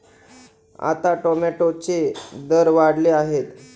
आता टोमॅटोचे दर वाढले आहेत